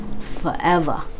forever